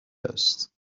است